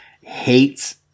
hates